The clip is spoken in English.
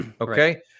okay